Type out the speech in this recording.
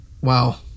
wow